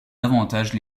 davantage